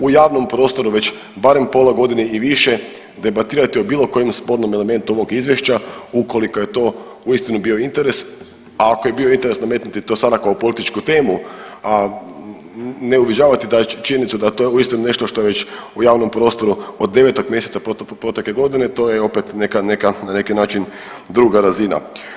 U javnom prostoru već barem pola godine i više debatirati o bilo kojem spornom elementu ovog izvješća ukoliko je to uistinu bio interes, a ako je bio interes nametnuti to sada kao političku temu, a ne uviđavati činjenicu da je to uistinu nešto što je već u javnom prostoru od 9. mjeseca protekle godine to je opet neka, neka na neki način druga razina.